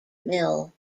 mill